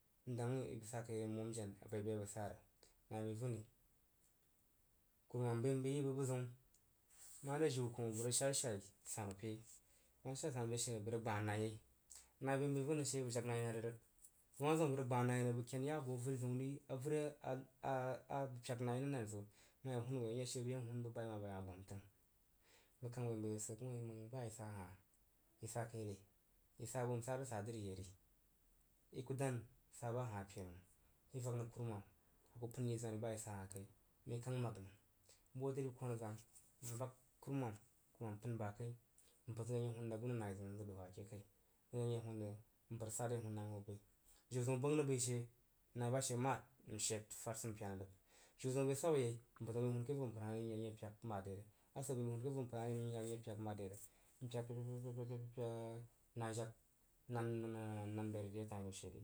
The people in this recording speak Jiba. N dang wui i jakai re n momjen abai bai aɓg sa rig wah bəi vun ri kurumam bəi nbəi yi bəg bu zəun more jiu koh bəg rig shashai sanu apeh bəg ma shashaí ke she rig bəg rig gbah nqi yei. Nai bəi n bəi vuri rig she, bəg jas nai nari rig. Bəg ma zim a bəg rig gbah nai rig bəg ken ya ba avəri zən ri, avəri a a bəg pyak nai a nan nan zəun, bəg yak she n ye hun bəg bai, bai wah gbam təng səs kang səi n bəi ziw sib n dang wuin ba hah i sa kai re? I sa su n sa sig sa dri yi ri. Toal ivak nəng kuruma a kun pənyi zwuni ba i sa hah kaī mən i kan woi nəng bəg hoo dri kona zang nvak kurumam kurumam pən ba kai n pər zəun ye hun ded zig awuh nai n zig bəi hwa ke kai npər zəun ye hun zig npər sara ye hun nai n ho bəi. Jiu zəun bəng ri bəi she nai ba sje mod n shed ri fad swampena rig. Jim zəun bəi swab yeì npər zəu bəi hun ke vo mpər hah vi n yak n ye pyak mad de rig. A so bəi hun ke vo mpər hah ri n yak n ye pyak kah mad derig n pyak, pyak, pyak, nai jag n bəi nun baí ri re tain nəu she ri.